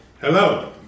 Hello